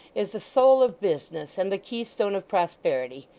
is the soul of business, and the keystone of prosperity.